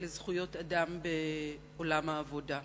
לדבר על זכויות האדם בעולם העבודה.